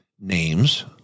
names